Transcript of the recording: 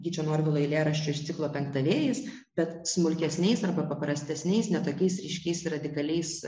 gyčio norvilo eilėraščiu iš ciklo penktavėjis bet smulkesniais arba paprastesniais ne tokiais ryškiais ir radikaliais